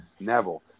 Neville